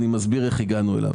אני מסביר איך הגענו אליו.